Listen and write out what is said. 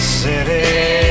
city